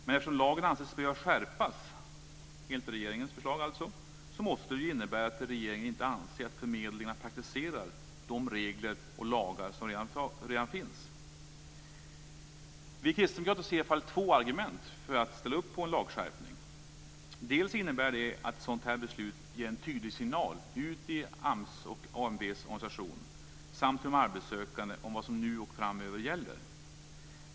Men eftersom regeringen enligt sitt förslag anser att lagen behöver skärpas måste det ju vara så att regeringen inte anser att förmedlingarna praktiserar de regler och lagar som redan finns. Vi kristdemokrater ser i alla fall två argument för att ställa upp på en lagskärpning. Dels innebär ett sådant här beslut en tydlig signal ut till AMS och AMV:s organisation samt till de arbetssökande om vad som gäller nu och framöver.